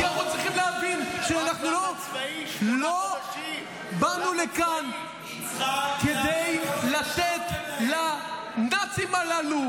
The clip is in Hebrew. כי אנחנו צריכים להבין שאנחנו לא באנו לכאן כדי לתת לנאצים הללו